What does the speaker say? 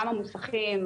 גם המוסכים,